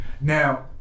Now